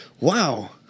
Wow